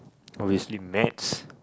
obviously maths